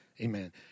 Amen